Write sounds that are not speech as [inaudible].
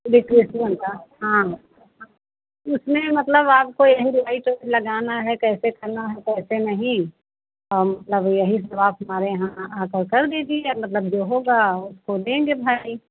[unintelligible] का हाँ उसमें मतलब आपको यही जो आई टेस्ट लगाना है कैसे करना है तो ऐसे में ही तो मतलब यही सब आप हमारे यहाँ आ आ कर कर दीजिए मतलब जो होगा उसको देंगे दिहारी